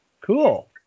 cool